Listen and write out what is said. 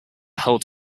held